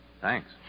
Thanks